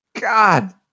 God